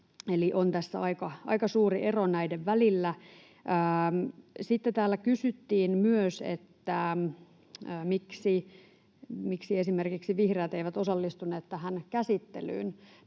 on tässä aika suuri ero näiden välillä. Sitten täällä kysyttiin myös, miksi esimerkiksi vihreät eivät osallistuneet tähän käsittelyyn.